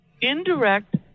indirect